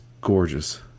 gorgeous